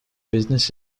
business